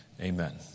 Amen